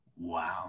Wow